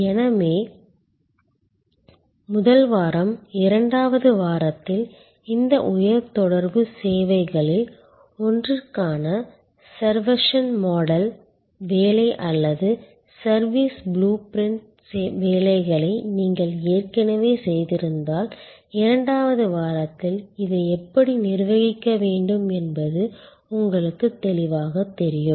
எனவே 1 வாரம் 2வது வாரத்தில் இந்த உயர் தொடர்புச் சேவைகளில் ஒன்றிற்கான சர்வக்ஷன் மாடல் வேலை அல்லது சர்வீஸ் புளூ பிரிண்ட் வேலைகளை நீங்கள் ஏற்கனவே செய்திருந்தால் 2வது வாரத்தில் இதை எப்படி நிர்வகிக்க வேண்டும் என்பது உங்களுக்குத் தெளிவாகத் தெரியும்